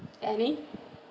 any